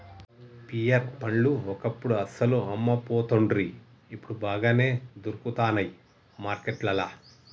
pear పండ్లు ఒకప్పుడు అస్సలు అమ్మపోతుండ్రి ఇప్పుడు బాగానే దొరుకుతానయ్ మార్కెట్లల్లా